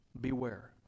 Beware